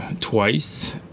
twice